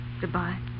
Goodbye